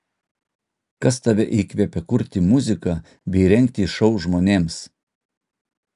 kas tave įkvepia kurti muziką bei rengti šou žmonėms